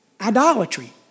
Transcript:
idolatry